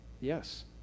Yes